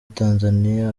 tanzaniya